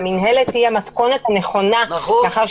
והמנהלת תהיה מתכונת נכונה --- נכון.